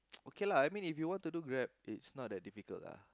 okay lah I mean if you want to do Grab it's not that difficult lah